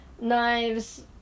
knives